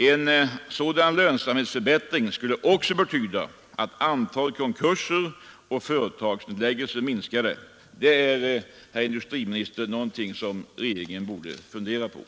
En sådan lönsamhetsförbättring skulle också betyda att antalet konkurser och företagsnedläggelser minskade. Det är, herr industriminister, någonting som regeringen borde fundera över.